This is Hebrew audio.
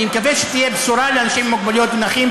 אני מקווה שתהיה בשורה לאנשים עם מוגבלויות ונכים.